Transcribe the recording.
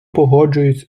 погоджуюсь